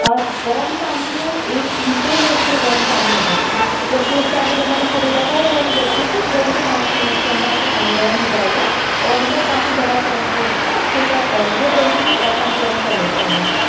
गर्म पानी वह एक घंटे में उसमे गर्म पानी होता था जबकि उस टाइम पर जब मैंने उसको खरीद था तो उन्होंने बोला था कि दो से पाँच मिनट के अंदर आपका पानी गर्म हो जाएगा और मतलब काफी बड़ा टैंक है इसका अच्छे से आप बहुत जल्दी पानी गर्म कर लेता है